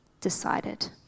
decided